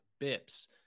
bips